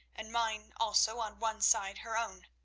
and mine, also on one side her own.